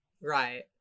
Right